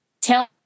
tell